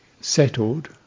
settled